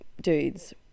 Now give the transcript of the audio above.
dudes